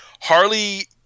Harley